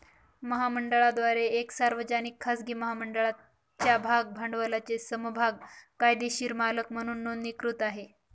महामंडळाद्वारे एक सार्वजनिक, खाजगी महामंडळाच्या भाग भांडवलाचे समभाग कायदेशीर मालक म्हणून नोंदणीकृत आहे